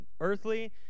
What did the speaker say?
Earthly